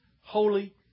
holy